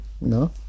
no